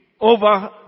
over